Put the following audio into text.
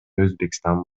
өзбекстан